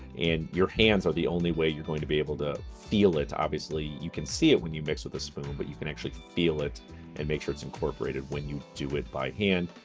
and your hands are the only way you're going to be able to feel it, obviously. you can see it when you mix with a spoon, but you can actually feel it and make sure it's incorporated when you do it by hand.